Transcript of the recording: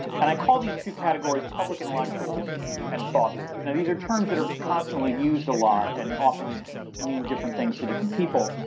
and i call these two categories public intellectuals and thought leaders. now and these are terms that are constantly used a lot and often mean different things to different people.